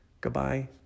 Goodbye